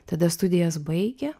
tada studijas baigė